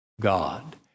God